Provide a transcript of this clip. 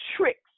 tricks